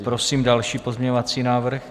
Prosím o další pozměňovací návrh.